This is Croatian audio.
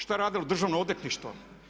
Šta je radilo državno odvjetništvo?